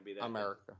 America